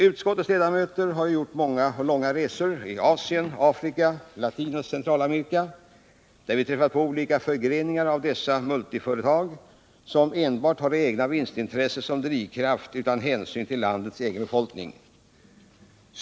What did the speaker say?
Utskottets ledamöter har gjort många och långa resor i Asien, Afrika, Latinoch Centralamerika, där vi träffat på olika förgreningar av dessa multinationella företag, som enbart har det egna vinstintresset som drivkraft utan hänsyn till landets egen befolkning.